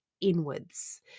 inwards